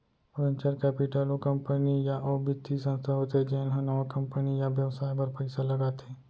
venture capital ओ company या ओ बित्तीय संस्था होथे जेन ह नवा कंपनी या बेवसाय बर पइसा लगाथे